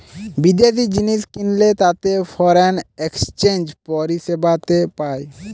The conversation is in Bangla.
বিদেশি জিনিস কিনলে তাতে ফরেন এক্সচেঞ্জ পরিষেবাতে পায়